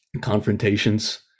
confrontations